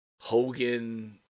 Hogan